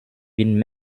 been